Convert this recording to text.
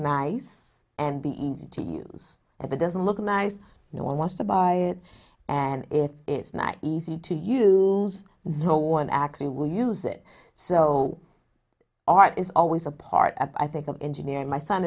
nice and easy to use and the doesn't look nice no one wants to buy it and if it's not easy to use no one actually will use it so art is always a part i think of engineering my son